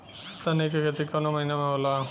सनई का खेती कवने महीना में होला?